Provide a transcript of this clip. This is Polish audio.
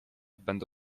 będę